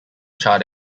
chart